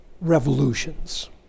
revolutions